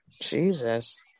Jesus